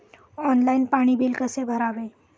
Online पाणी bill कसे भरावे?